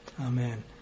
Amen